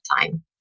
time